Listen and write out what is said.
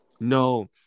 No